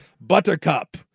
Buttercup